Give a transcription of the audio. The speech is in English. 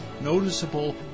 noticeable